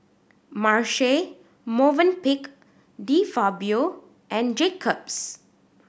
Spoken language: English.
Marche Movenpick De Fabio and Jacob's